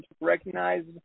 recognized